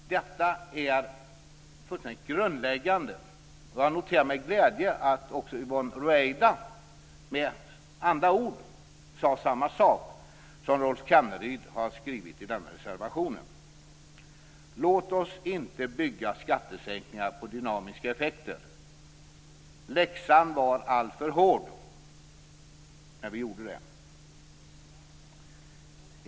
Detta är fullständigt grundläggande. Jag noterar med glädje att också Yvonne Ruwaida, med andra ord, sagt samma sak som Rolf Kenneryd säger i reservationen. Låt oss alltså inte bygga skattesänkningar på dynamiska effekter! Läxan var alltför hård när vi gjorde det.